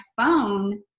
phone